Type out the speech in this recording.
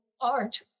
art